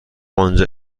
آنجا